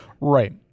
Right